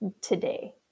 today